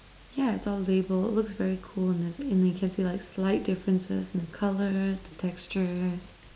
yeah it's all labelled it looks very cool and then you can see like slight differences in the colours the textures